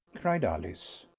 cried alice.